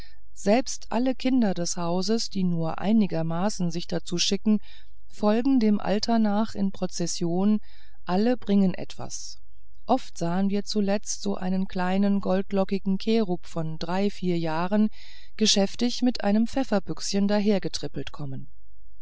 selbst alle kinder des hauses die nur einigermaßen sich dazu schicken folgen dem alter nach in prozession alle bringen etwas oft sahen wir zuletzt so einen kleinen goldlockigen cherub von drei vier jahren geschäftig mit einem pfefferbüchsen dahergetrippelt kommen